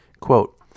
Quote